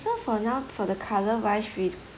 so for now for the colour wise we